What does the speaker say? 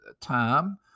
time